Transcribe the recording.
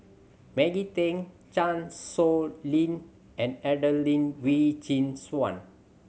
Maggie Teng Chan Sow Lin and Adelene Wee Chin Suan